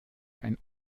ein